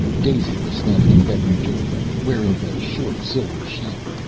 daisy was standing in the bedroom doorway, wearing the short silver sheath.